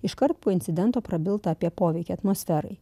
iškart po incidento prabilta apie poveikį atmosferai